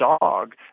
dog